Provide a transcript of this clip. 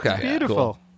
Beautiful